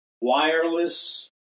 wireless